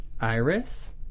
Iris